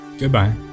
Goodbye